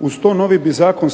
Uz to novi bi zakon